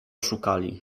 oszukali